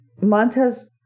Montez